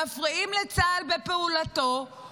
מפריעים לצה"ל בפעולתו,